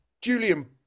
Julian